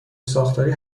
ساختاری